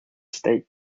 state